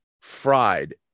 fried